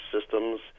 systems